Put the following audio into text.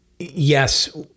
Yes